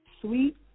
Sweet